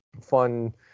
fun